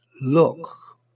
look